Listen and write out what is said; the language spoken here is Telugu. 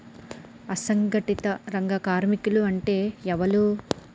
అసంఘటిత రంగ కార్మికులు అంటే ఎవలూ?